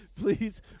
Please